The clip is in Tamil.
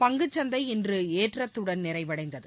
பங்குச் சந்தை இன்று ஏற்றத்துடன் நிறைவடைந்தது